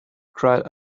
cried